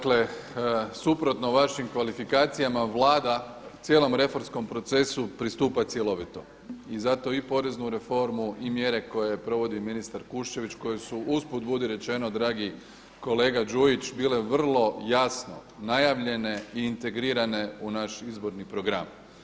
Dakle suprotno vašim kvalifikacijama Vlada cijelom reformskom procesu pristupa cjelovito i zato i poreznu reformu i mjere koje provodi ministar Kuščević koje su uz put budi rečeno, dragi kolega Đujić bile vrlo jasno najavljene i integrirane u naš izborni program.